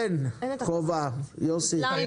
אין חובה, יוסי.